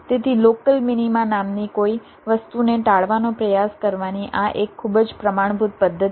તેથી local minima નામની કોઈ વસ્તુને ટાળવાનો પ્રયાસ કરવાની આ એક ખૂબ જ પ્રમાણભૂત પદ્ધતિ છે